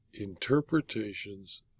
interpretations